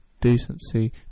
decency